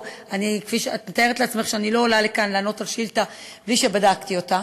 את מתארת לעצמך שאני לא עולה לכאן לענות על שאילתה בלי שבדקתי אותה.